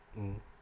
mm